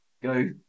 Go